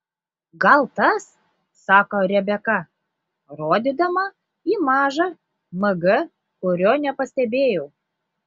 gal tas sako rebeka rodydama į mažą mg kurio nepastebėjau